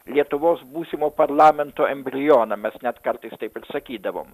lietuvos būsimo parlamento embrioną mes net kartais taip ir sakydavom